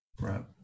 Right